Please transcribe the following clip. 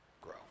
grow